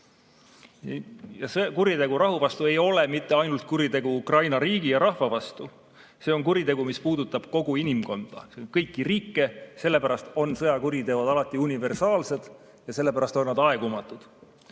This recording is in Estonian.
Kuritegu rahu vastu ei ole mitte ainult kuritegu Ukraina riigi ja rahva vastu, see on kuritegu, mis puudutab kogu inimkonda, kõiki riike. Sellepärast on sõjakuriteod alati universaalsed ja sellepärast on need aegumatud.